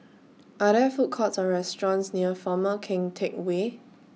Are There Food Courts Or restaurants near Former Keng Teck Whay